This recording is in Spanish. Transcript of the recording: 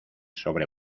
sobre